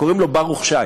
קוראים לו ברוך שי.